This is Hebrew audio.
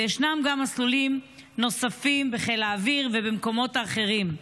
וישנם גם מסלולים נוספים בחיל האוויר ובמקומות אחרים.